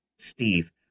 Steve